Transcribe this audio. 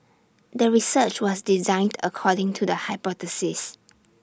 the research was designed according to the hypothesis